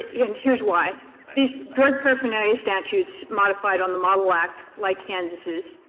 and here's why these drug paraphernalia statutes modified on the model act, like kansas's,